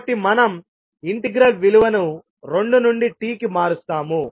కాబట్టి మనం ఇంటెగ్రల్ విలువను రెండు నుండి t కి మారుస్తాము